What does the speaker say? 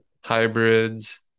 hybrids